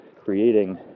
creating